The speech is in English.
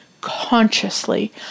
consciously